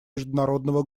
международного